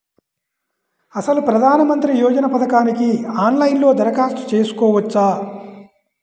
అసలు ప్రధాన మంత్రి యోజన పథకానికి ఆన్లైన్లో దరఖాస్తు చేసుకోవచ్చా?